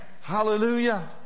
Hallelujah